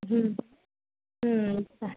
हं हं